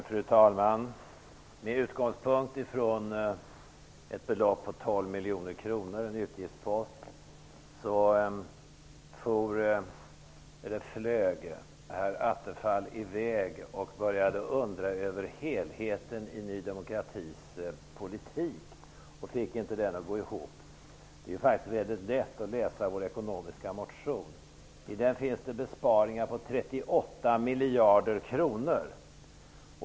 Fru talman! Med utgångspunkt ifrån ett belopp på Attefall i väg och började undra över helheten i Ny demokratis politik. Han fick inte den att gå ihop. Det är faktiskt mycket lätt att läsa vår ekonomiska motion. I den finns förslag på besparingar på 38 miljarder kronor.